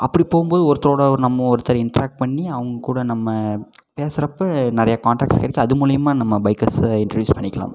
அப்படி போகும் போது ஒருத்தரோட நம்ம ஒருத்தர் இண்ட்ராக்ட் பண்ணி அவங்க கூட நம்ம பேசுகிறப்ப நிறையா கான்டேக்ட்ஸ் கிடைக்கும் அது மூலயமா நம்ம பைக்கர்ஸ்ஸை இண்டிடியூஸ் பண்ணிக்கலாம்